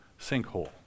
sinkhole